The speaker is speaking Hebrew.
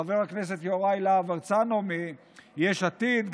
חבר הכנסת יוראי להב הרצנו מיש עתיד,